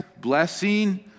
blessing